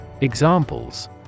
Examples